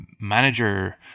manager